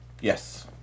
Yes